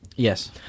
Yes